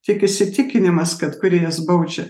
tik įsitikinimas kad kūrėjas baudžia